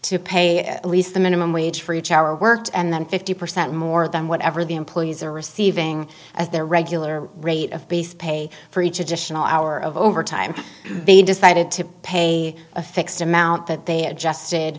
to pay at least the minimum wage for each hour worked and then fifty percent more than whatever the employees are receiving at their regular rate of base pay for each additional hour of overtime to be decided to pay a fixed amount that they had jested